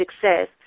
success